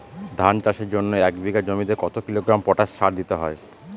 ধান চাষের জন্য এক বিঘা জমিতে কতো কিলোগ্রাম পটাশ সার দিতে হয়?